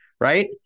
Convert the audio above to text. Right